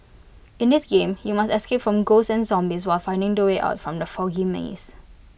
in this game you must escape from ghosts and zombies while finding the way out from the foggy maze